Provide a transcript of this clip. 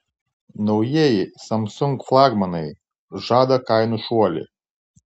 naujieji samsung flagmanai žada kainų šuolį